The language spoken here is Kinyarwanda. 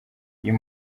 uyu